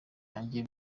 yanjye